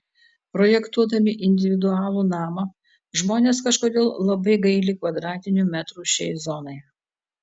projektuodami individualų namą žmonės kažkodėl labai gaili kvadratinių metrų šiai zonai